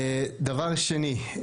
דבר שני,